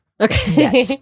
Okay